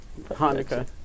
Hanukkah